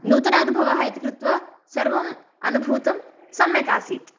नूतन अनुभवः इति कृत्वा सर्वम् अनुभूतं सम्यक् आसीत्